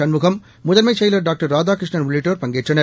சண்முகம் முதன்மை செயலர் டாக்டர் ராதாகிருஷ்ணன் உள்ளிட்டோர் பங்கேற்றனர்